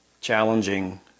challenging